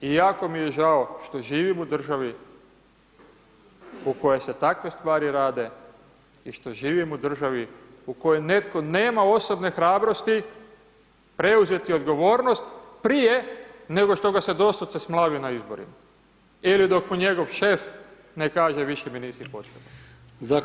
I jako mi je žao što živim u državi u kojoj se takve stvari radi i što živim u državi u kojoj netko nema osobne hrabrosti preuzeti odgovornost prije nego što ga se doslovce smlavi na izborima ili dok mu njegov šef ne kaže više mi nisi potreban.